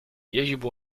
يجب